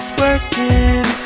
working